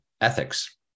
ethics